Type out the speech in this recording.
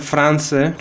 France